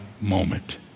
moment